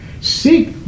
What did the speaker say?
Seek